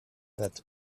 that